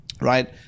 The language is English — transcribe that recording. Right